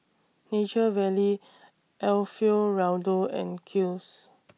Nature Valley Alfio Raldo and Kiehl's